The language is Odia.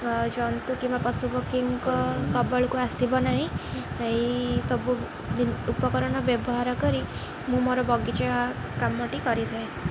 ଜନ୍ତୁ କିମ୍ବା ପଶୁପକ୍ଷୀଙ୍କ କବଳକୁ ଆସିବ ନାହିଁ ଏଇ ସବୁ ଉପକରଣ ବ୍ୟବହାର କରି ମୁଁ ମୋର ବଗିଚା କାମଟି କରିଥାଏ